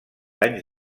anys